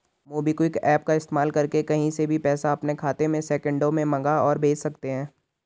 MobiKwik app का इस्तेमाल करके कहीं से भी पैसा अपने खाते में सेकंडों में मंगा और भेज सकते हैं